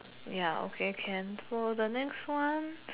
ya okay can so the next one